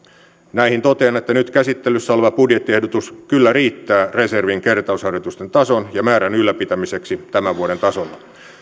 näihin totean että nyt käsittelyssä oleva budjettiehdotus kyllä riittää reservin kertausharjoitusten tason ja määrän ylläpitämiseksi tämän vuoden tasolla